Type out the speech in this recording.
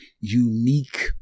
unique